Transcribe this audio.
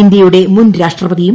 ഇന്ത്യയുടെ മുൻ രാഷ്ട്രപതിയും ഡോ